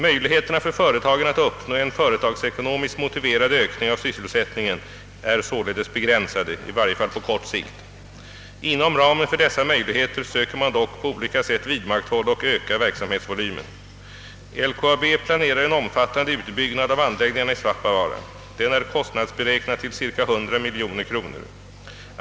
Möjligheterna för företagen att uppnå en företagsekonomiskt motiverad ökning av sysselsättningen är således begränsade, i varje fall på kort sikt. Inom ramen för dessa möjligheter söker man dock på olika sätt vidmakthålla och öka verksamhetsvolymen. LKAB planerar en omfattande utbyggnad av anläggningarna i Svappavaara. Den är kostnadsberäknad till cirka 100 miljoner kronor.